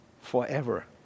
forever